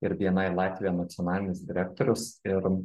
ir bni latvija nacionalinis direktorius ir